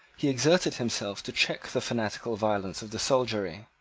he exerted himself to check the fanatical violence of the soldiery.